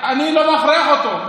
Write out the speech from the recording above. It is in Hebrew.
אני לא מכריח אותו.